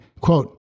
quote